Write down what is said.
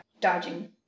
dodging